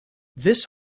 this